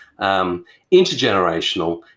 Intergenerational